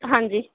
ਹਾਂਜੀ